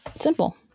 simple